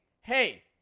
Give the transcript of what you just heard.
hey